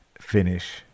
finish